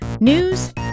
news